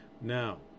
now